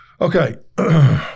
Okay